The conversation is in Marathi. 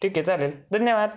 ठीक आहे चालेल धन्यवाद